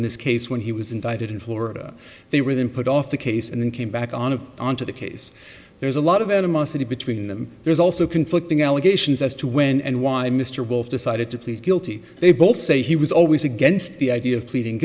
in this case when he was indicted in florida they were then put off the case and then came back on of on to the case there's a lot of animosity between them there's also conflicting allegations as to when and why mr wolf decided to plead guilty they both say he was always against the idea of pleading